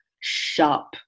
sharp